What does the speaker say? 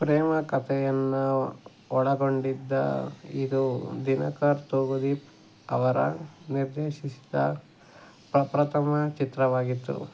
ಪ್ರೇಮ ಕಥೆಯನ್ನು ಒಳಗೊಂಡಿದ್ದ ಇದು ದಿನಕರ್ ತೂಗುದೀಪ್ ಅವರ ನಿರ್ದೇಶಿಸಿದ ಪ್ರಪ್ರಥಮ ಚಿತ್ರವಾಗಿತ್ತು